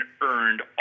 earned